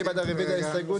מי בעד רביזיה להסתייגות